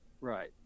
Right